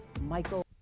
Michael